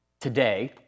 today